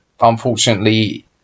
unfortunately